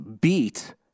beat